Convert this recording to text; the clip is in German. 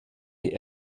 die